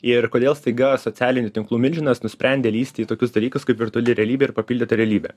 ir kodėl staiga socialinių tinklų milžinas nusprendė lįsti į tokius dalykus kaip virtuali realybė ir papildyta realybė